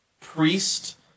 priest